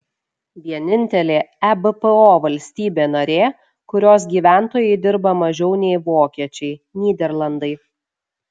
vienintelė ebpo valstybė narė kurios gyventojai dirba mažiau nei vokiečiai nyderlandai